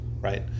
right